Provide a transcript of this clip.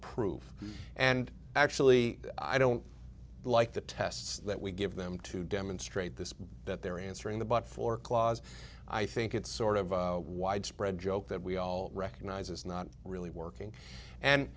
prove and actually i don't like the tests that we give them to demonstrate this that they're answering the but for clause i think it's sort of widespread joke that we all recognize it's not really working and